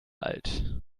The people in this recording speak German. alt